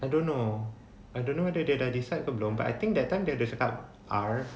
I don't know I don't know dia dah decide ke belum but I think that time dia ada cakap R